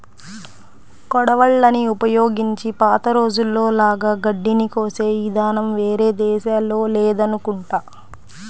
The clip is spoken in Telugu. కొడవళ్ళని ఉపయోగించి పాత రోజుల్లో లాగా గడ్డిని కోసే ఇదానం వేరే దేశాల్లో లేదనుకుంటా